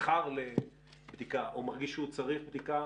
נבחר לבדיקה או מרגיש שהוא צריך בדיקה